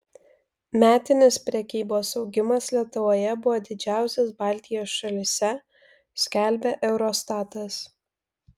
metinis prekybos augimas lietuvoje buvo didžiausias baltijos šalyse skelbia eurostatas